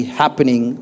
happening